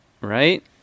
right